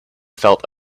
felt